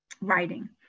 writing